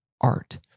art